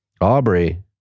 Aubrey